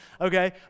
okay